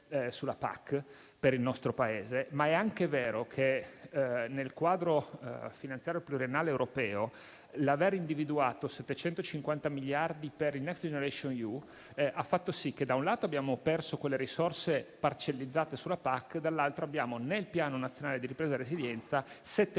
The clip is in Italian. sulla PAC per il nostro Paese, ma è anche vero che nel quadro finanziario pluriennale europeo l'aver individuato 750 miliardi per il Next generation EU ha fatto sì che - da un lato - abbiamo perso quelle risorse parcellizzate sulla PAC e - dall'altro - abbiamo nel Piano nazionale di ripresa e resilienza 7,9 miliardi